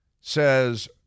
says